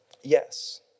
Yes